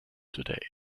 today